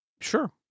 sure